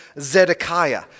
Zedekiah